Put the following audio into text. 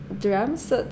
drums